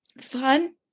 fun